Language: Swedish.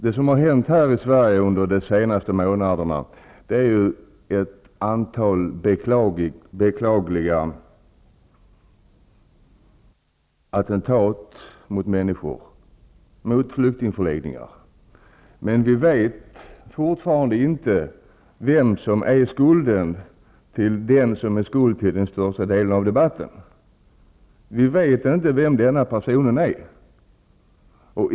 I Sverige har det under de senaste månaderna genomförts ett antal beklagliga attentat mot människor och flyktingförläggningar. Vi vet fortfarande inte vem som bär skulden för den största delen av debatten. Vi vet inte vem den här personen är.